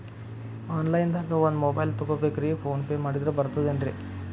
Online ದಾಗ ಒಂದ್ mobile ತಗೋಬೇಕ್ರಿ ಫೋನ್ ಪೇ ಮಾಡಿದ್ರ ಬರ್ತಾದೇನ್ರಿ?